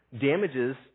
damages